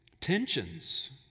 Tensions